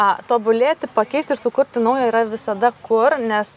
a tobulėti pakeisti ir sukurti naują yra visada kur nes